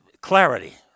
clarity